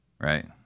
right